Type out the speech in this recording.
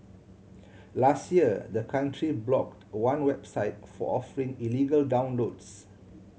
last year the country blocked one website for offering illegal downloads